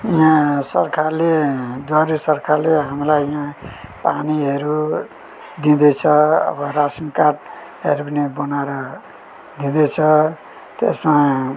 सरकारले द्वारे सरकारले हामीलाई यहाँ पानीहरू दिँदैछ अब रासन कार्डहरू पनि बनाएर दिँदैछ त्यसमा